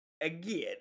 Again